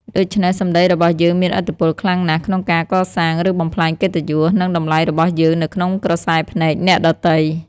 ដូច្នេះ សម្ដីរបស់យើងមានឥទ្ធិពលខ្លាំងណាស់ក្នុងការកសាង ឬបំផ្លាញកិត្តិយស និងតម្លៃរបស់យើងនៅក្នុងក្រសែភ្នែកអ្នកដទៃ។